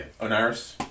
Oniris